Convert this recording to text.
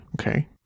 Okay